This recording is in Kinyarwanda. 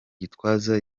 gitwaza